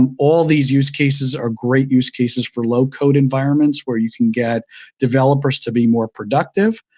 um all these use cases are great use cases for low code environments where you can get developers to be more productive.